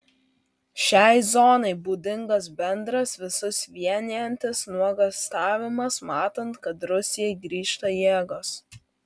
šiai zonai būdingas bendras visus vienijantis nuogąstavimas matant kad rusijai grįžta jėgos